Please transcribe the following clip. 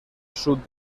sud